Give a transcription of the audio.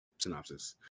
Synopsis